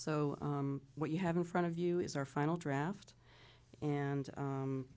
so what you have in front of you is our final draft and